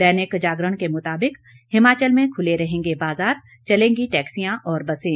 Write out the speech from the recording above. दैनिक जागरण के मुताबिक हिमाचल में खुले रहेंगे बाजार चलेंगी टैक्सियां और बसें